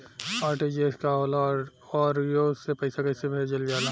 RTGS का होला आउरओ से पईसा कइसे भेजल जला?